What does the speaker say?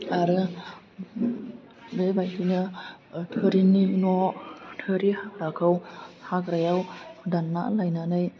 आरो बेबादिनो थोरिनि न' थोरि हाग्राखौ हाग्रायाव दानना लायनानै